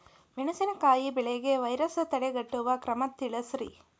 ಮೆಣಸಿನಕಾಯಿ ಬೆಳೆಗೆ ವೈರಸ್ ತಡೆಗಟ್ಟುವ ಕ್ರಮ ತಿಳಸ್ರಿ